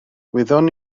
wyddwn